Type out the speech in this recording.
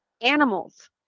animals